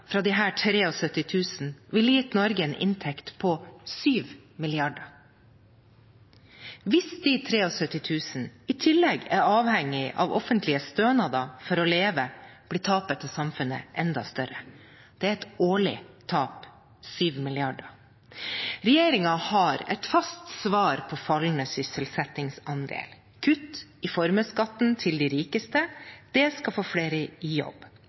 fra disse 73 000 ville gitt Norge en inntekt på 7 mrd. kr. Hvis de 73 000 i tillegg er avhengig av offentlige stønader for å leve, blir tapet til samfunnet enda større. Det er et årlig tap – 7 mrd. kr. Regjeringen har et fast svar på fallende sysselsettingsandel. Kutt i formuesskatten til de rikeste – det skal få flere i jobb.